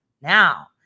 Now